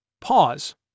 Pause